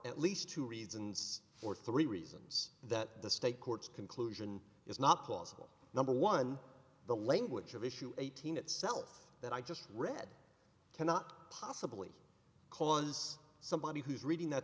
at least two reasons or three reasons that the state courts conclusion is not plausible number one the language of issue eighteen itself that i just read cannot possibly cause somebody who's reading that